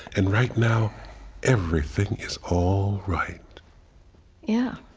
and right now everything is all right yeah